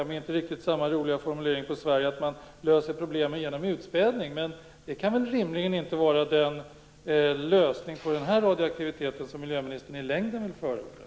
Det blir inte riktigt samma roliga formulering på svenska, dvs. att lösa problemen med hjälp av utspädning. Detta kan väl rimligen inte vara lösningen på problemet med denna radioaktivitet som ministern i längden vill förorda?